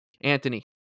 Anthony